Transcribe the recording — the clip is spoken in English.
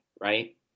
right